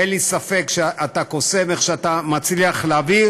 אין לי ספק שאתה קוסם, איך שאתה מצליח להעביר